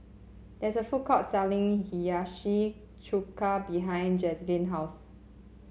there is a food court selling Hiyashi Chuka behind Jaelynn house